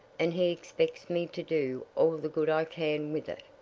and he expects me to do all the good i can with it.